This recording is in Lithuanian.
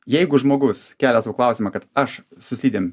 jeigu žmogus kelia sau klausimą kad aš su slidėm